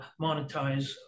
monetize